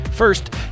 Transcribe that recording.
First